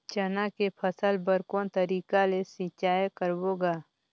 चना के फसल बर कोन तरीका ले सिंचाई करबो गा?